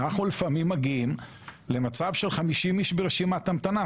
אנחנו לפעמים מגיעים למצב של 50 איש ברשימת המתנה.